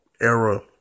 era